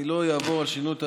אני לא אעבור על השינוי.